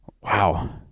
Wow